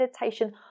meditation